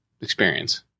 experience